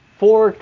four